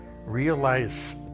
realize